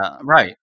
right